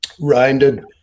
rounded